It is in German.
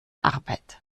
arbeit